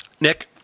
Nick